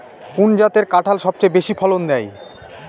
কোন জাতের কাঁঠাল সবচেয়ে বেশি ফলন দেয়?